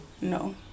No